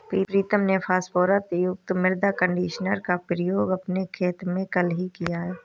प्रीतम ने फास्फोरस युक्त मृदा कंडीशनर का प्रयोग अपने खेत में कल ही किया